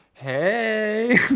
Hey